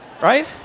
Right